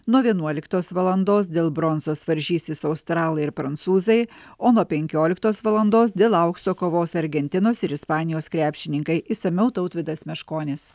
nuo vienuoliktos valandos dėl bronzos varžysis australai ir prancūzai o nuo penkioliktos valandos dėl aukso kovos argentinos ir ispanijos krepšininkai išsamiau tautvydas meškonis